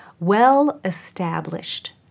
well-established